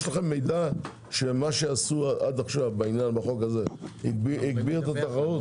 יש לכם מידע שמה שעשו בחוק זה הגביר את התחרות?